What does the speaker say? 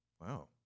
Wow